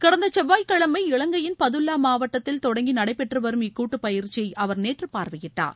கடந்த செவ்வாய்கிழமை இலங்கையின் பதுல்லா மாவட்டத்தில் தொடங்கி நடைபெற்று வரும் இக்கூட்டு பயிற்சியை அவர் நேற்று பார்வையிட்டார்